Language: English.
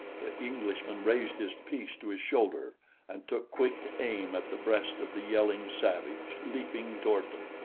the englishman raised his piece to his shoulder and took quick aim at the breast of the yelling savage leaping toward them.